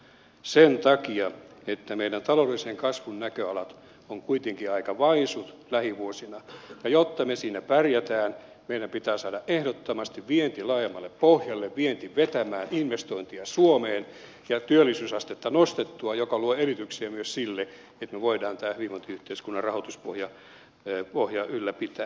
sen takia että meidän taloudellisen kasvun näköalat ovat kuitenkin aika vaisut lähivuosina jotta me siinä pärjäämme meidän pitää saada ehdottomasti vienti laajemmalle pohjalle vienti vetämään investointia suomeen ja työllisyysastetta nostettua mikä luo edellytyksiä myös sille että me voimme tämän hyvinvointiyhteiskunnan rahoituspohjan ylläpitää